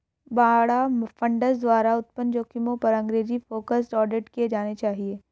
बाड़ा फंड्स द्वारा उत्पन्न जोखिमों पर अंग्रेजी फोकस्ड ऑडिट किए जाने चाहिए